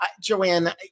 Joanne